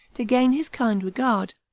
to gain his kind regard.